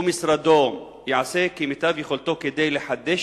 או משרדו יעשה כמיטב יכולתו כדי לחדש